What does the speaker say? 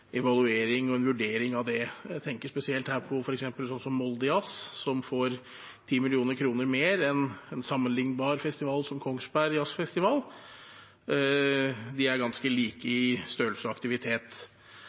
evaluering og en vurdering av det. Jeg tenker spesielt på f.eks. Moldejazz, som får 10 mill. kr mer enn en sammenlignbar festival som Kongsberg Jazzfestival. De er ganske like